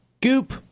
Goop